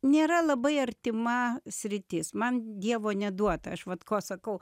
nėra labai artima sritis man dievo neduota aš vat ko sakau